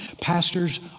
pastors